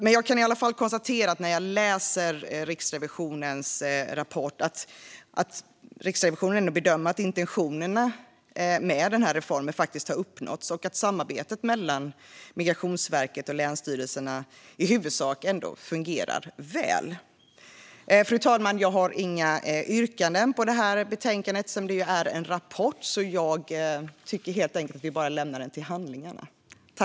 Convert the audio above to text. Men jag kan i alla fall konstatera, efter att ha läst Riksrevisionens rapport, att Riksrevisionen bedömer att intentionerna med reformen faktiskt har uppnåtts och att samarbetet mellan Migrationsverket och länsstyrelserna i huvudsak fungerar väl. Fru talman! Jag har inga yrkanden i samband med detta betänkande, eftersom det ju handlar om en rapport. Jag tycker att vi helt enkelt ska lämna den till handlingarna.